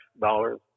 dollars